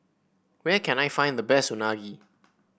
where can I find the best Unagi